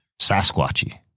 Sasquatchy